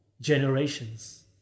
generations